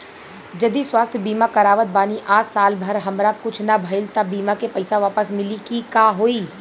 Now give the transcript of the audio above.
जदि स्वास्थ्य बीमा करावत बानी आ साल भर हमरा कुछ ना भइल त बीमा के पईसा वापस मिली की का होई?